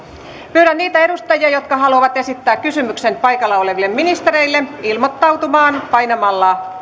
pyydän niitä edustajia jotka haluavat esittää kysymyksen ministerille ilmoittautumaan painamalla